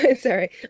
sorry